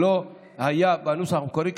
שלא היה בנוסח המקורי,